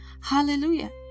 Hallelujah